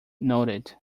noted